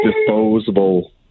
disposable